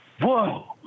whoa